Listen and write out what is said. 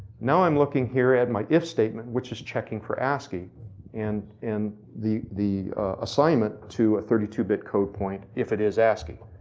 now i'm looking here at my if statement, which is checking for ascii and in the the assignment to a thirty two bit code point if it is ascii.